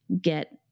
get